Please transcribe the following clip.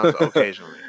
occasionally